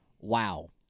wow